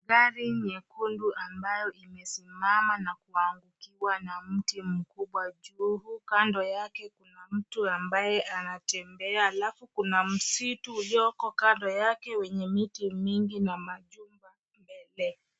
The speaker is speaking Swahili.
Gari nyekundu ambayo imesimama na kuangukiwa na mti mkubwa juu. Kando yake kuna mtu ambaye anatembea labda kuna msitu ulioko kando yake wenye miti mingi na machupa mbele.